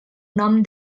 nom